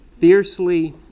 fiercely